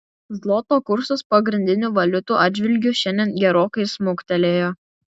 zloto kursas pagrindinių valiutų atžvilgiu šiandien gerokai smuktelėjo